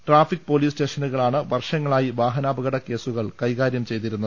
traffic police സ്റ്റേഷനുകളാണ് വർഷങ്ങളായി വാഹനാപകട കേസുകൾ കൈകാര്യം ചെയ്തിരുന്നത്